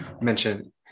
mention